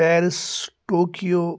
Paris Tokyo